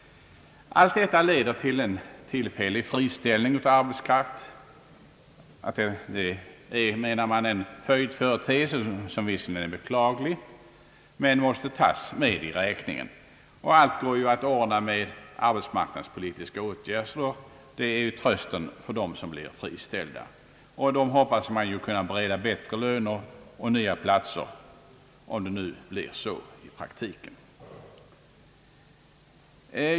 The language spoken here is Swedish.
Allt detta leder till en friställning av arbetskraft. Man menar att det är en följdföreteelse som visserligen är beklaglig, men måste tas med i räkningen. Allt går ju att ordna med arbetsmarknadspolitiska åtgärder. Det är trösten för dem som blir friställda, och dem hoppas man ju kunna bereda bättre löner och nya platser — om det nu blir så i praktiken.